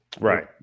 right